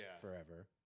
forever